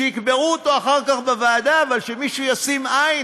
שיקברו אותו אחר כך בוועדה, אבל שמישהו ישים עין.